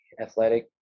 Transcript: athletic